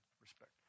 respect